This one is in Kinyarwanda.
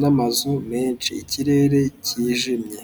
n'amazu menshi ikirere kijimye.